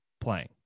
playing